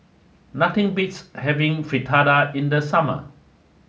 nothing beats having Fritada in the summer